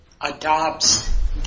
adopts